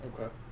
Okay